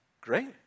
great